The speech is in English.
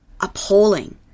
appalling